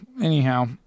Anyhow